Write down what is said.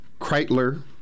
Kreitler